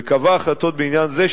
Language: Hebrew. וקבע החלטות בעניין זה,